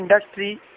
industry